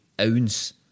ounce